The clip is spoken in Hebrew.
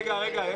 --- רגע, רגע.